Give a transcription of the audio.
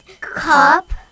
cup